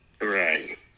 Right